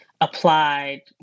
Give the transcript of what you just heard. applied